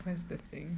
where's the thing